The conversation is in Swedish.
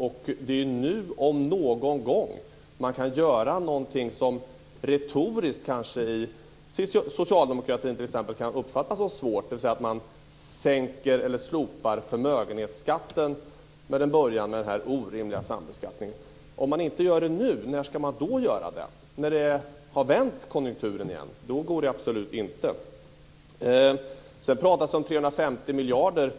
Och det är ju nu om någon gång som man kan göra något som retoriskt kanske i socialdemokratin t.ex. kan uppfattas som svårt, dvs. att man sänker eller slopar förmögenhetsskatten och börjar med den här orimliga sambeskattningen. Om man inte gör det nu, när ska man då göra det? När konjunkturen har vänt går det absolut inte. Sedan talas det om 350 miljarder